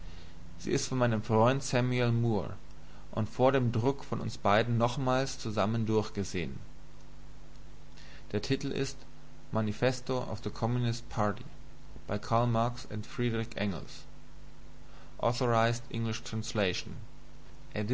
sie ist von meinem freund samuel moore und vor dem druck von uns beiden nochmals zusammen durchgesehn der titel ist manifesto of the communist party by karl marx and frederick engels